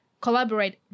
collaborate